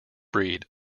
breed